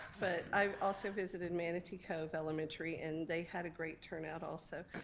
but i also visited manatee cove elementary, and they had a great turnout also.